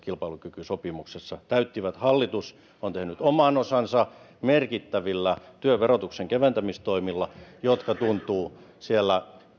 kilpailukykysopimuksessa täyttivät hallitus on tehnyt oman osansa merkittävillä työn verotuksen keventämistoimilla jotka tuntuvat